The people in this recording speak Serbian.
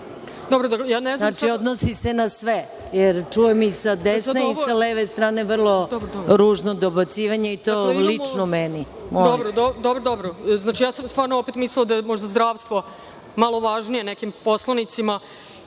Znači odnosi se na sve, jer čujem i sa desne i sa leve strane vrlo ružno dobacivanje i to lično meni.